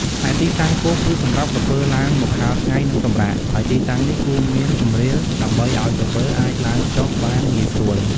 ឯទីតាំងគោក គឺសម្រាប់ក្រពើឡើងមកហាលថ្ងៃ និងសម្រាក ហើយទីតាំងនេះគួរមានជម្រាលដើម្បីឲ្យក្រពើអាចឡើងចុះបានងាយស្រួល។